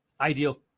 ideal